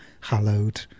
hallowed